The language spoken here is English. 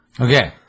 Okay